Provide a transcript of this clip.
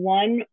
one